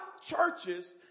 churches